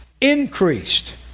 increased